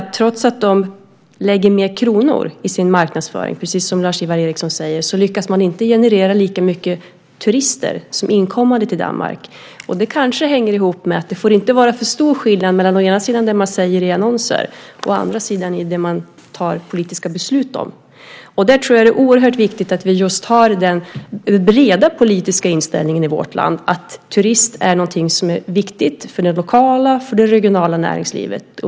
Trots att man lägger ned mycket pengar lyckas man inte generera så många inkommande turister till Danmark. Det kanske hänger ihop med att det inte får vara för stor skillnad mellan vad man säger i annonser och det man tar politiska beslut om. Där är det viktigt att vi i vårt land har en bred politisk inställning: Turism är viktigt för det lokala och regionala näringslivet.